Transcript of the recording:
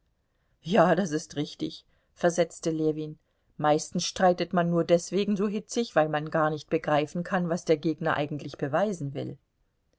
ja das ist richtig versetzte ljewin meistens streitet man nur deswegen so hitzig weil man gar nicht begreifen kann was der gegner eigentlich beweisen will